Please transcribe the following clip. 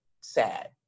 sad